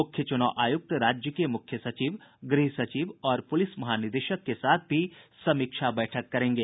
मुख्य चुनाव आयुक्त राज्य के मुख्य सचिव गृह सचिव और पुलिस महानिदेशक के साथ भी समीक्षा बैठक करेंगे